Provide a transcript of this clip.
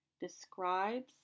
describes